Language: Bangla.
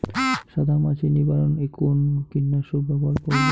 সাদা মাছি নিবারণ এ কোন কীটনাশক ব্যবহার করব?